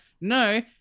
No